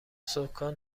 سـکان